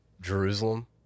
Jerusalem